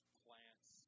plants